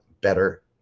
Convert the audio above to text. better